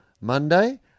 Monday